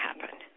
happen